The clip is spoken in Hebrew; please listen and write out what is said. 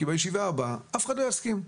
כי בישיבה הבאה אף אחד לא יסכים.